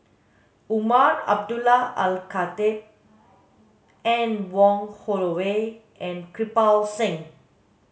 Umar Abdullah Al Khatib Anne Wong Holloway and Kirpal Singh